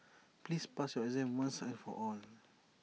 please pass your exam once and for all